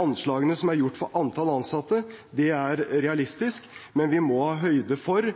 anslagene som er gjort for antall ansatte, er realistiske, men vi må ta høyde for